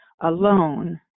alone